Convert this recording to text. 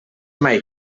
mai